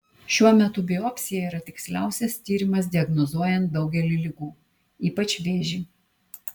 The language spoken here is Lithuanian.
šiuo metu biopsija yra tiksliausias tyrimas diagnozuojant daugelį ligų ypač vėžį